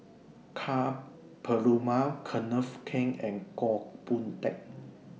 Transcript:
Ka Perumal Kenneth Keng and Goh Boon Teck